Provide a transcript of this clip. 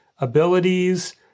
abilities